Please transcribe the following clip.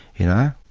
you know.